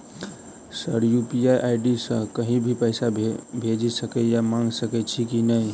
Sir UPI ID सँ कहि भी पैसा भेजि सकै या मंगा सकै छी की न ई?